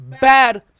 bad